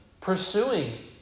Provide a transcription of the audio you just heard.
pursuing